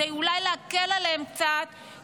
אולי כדי להקל עליהם קצת,